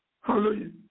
hallelujah